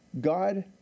God